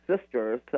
sisters